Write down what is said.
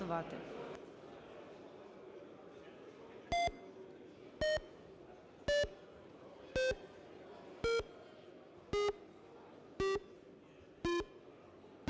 Дякую.